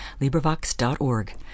LibriVox.org